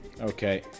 Okay